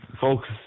folks